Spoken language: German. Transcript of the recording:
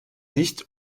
nicht